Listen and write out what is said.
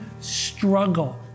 struggle